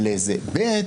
ב'